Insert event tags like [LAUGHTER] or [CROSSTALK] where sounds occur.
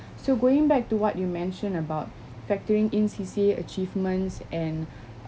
so going back to what you mentioned about factoring in C_C_A achievements and [BREATH]